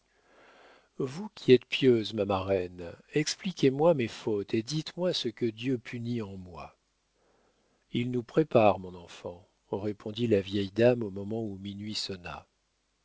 vous qui êtes pieuse ma marraine expliquez-moi mes fautes et dites-moi ce que dieu punit en moi il nous prépare mon enfant répondit la vieille dame au moment où minuit sonna